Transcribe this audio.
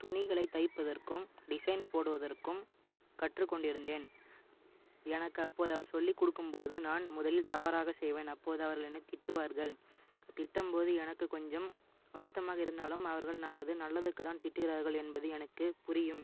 துணிகளை தைப்பதற்கும் டிசைன் போடுவதற்கும் கற்று கொண்டு இருந்தேன் எனக்கு அப்போது அவர் சொல்லிக் கொடுக்கும்போது நான் முதலில் தவறாக செய்வேன் அப்போது அவர்கள் என்னை அவர்கள் திட்டுவார்கள் திட்டும்போது எனக்கு கொஞ்சம் வருத்தமாக இருந்தாலும் அவர்கள் நமது நல்லதுக்கு தான் திட்டுகிறார்கள் என்பது எனக்கு புரியும்